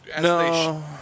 No